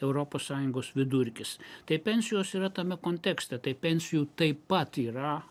europos sąjungos vidurkis tai pensijos yra tame kontekste tai pensijų taip pat yra